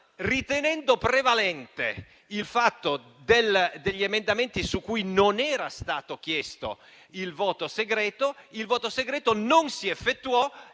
ritenendo prevalente che su alcuni emendamenti non era stato chiesto il voto segreto, il voto segreto non si effettuò,